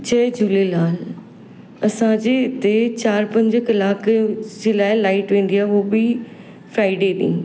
जय झूलेलाल असांजे हिते चारि पंज कलाक से लाइ लाइट वेंदी आहे उहो बि फ्राइडे ॾींहुं